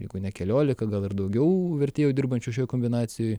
jeigu ne keliolika gal ir daugiau vertėjų dirbančių šioj kombinacijoj